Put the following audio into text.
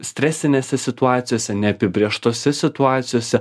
stresinėse situacijose neapibrėžtose situacijose